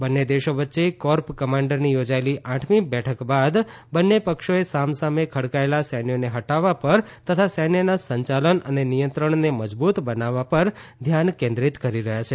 બંને દેશો વચ્ચે કોર્પ કમાન્ડરની યોજાયેલી આઠમી બેઠક બાદ બંને પક્ષોએ સામ સામે ખડકાયેલા સૈન્યોને હટાવવા પર તથા સૈન્યના સંચાલન અને નિયંત્રણને મજબૂત બનાવવા પર ધ્યાન કેન્દ્રિત કરી રહ્યા છે